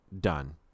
done